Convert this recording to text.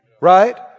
Right